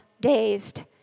dazed